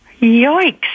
Yikes